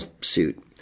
suit